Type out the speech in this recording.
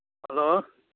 hello